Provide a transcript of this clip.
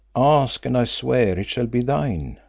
ask and i swear it shall be thine.